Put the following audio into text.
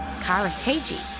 karateji